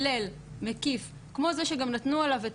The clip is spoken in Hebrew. ולכן המחשבה שלנו היא שצריך לתת לזה,